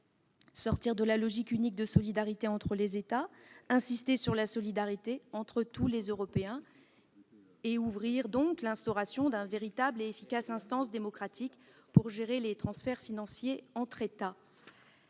sortir de la logique unique de solidarité entre les États ; insister sur la solidarité entre les Européens ; ouvrir le débat sur l'instauration d'une véritable et efficace instance démocratique pour gérer les transferts financiers entre États.